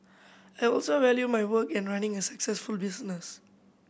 I also value my work and running a successful business